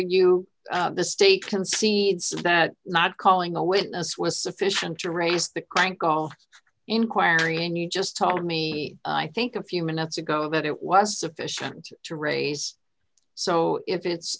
you the state concedes that not calling a witness was sufficient to raise the crank call inquiry and you just told me i think a few minutes ago that it was sufficient to raise so if it's